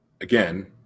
again